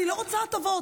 אני לא רוצה הטבות,